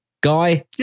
Guy